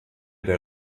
der